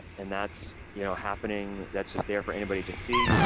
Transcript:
and that's you know happening, that's just there for anybody to see.